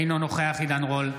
אינו נוכח עידן רול,